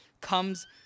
comes